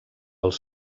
els